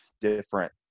different